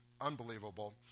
unbelievable